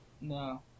No